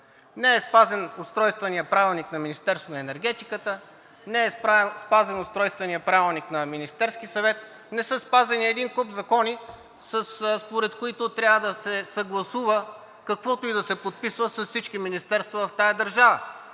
Не е спазен Устройственият правилник на Министерството на енергетиката, не е спазен Устройственият правилник на Министерския съвет, не са спазени един куп закони, според които трябва да се съгласува каквото и да се подписва с всички министерства в тази държава